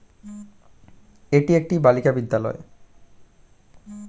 এটি একটি বালিকা বিদ্যালয়